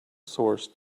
source